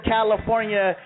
California